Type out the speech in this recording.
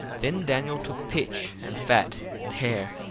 then daniel took pitch, and fat, and hair,